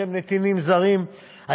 שהם נתינים זרים.